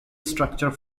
structure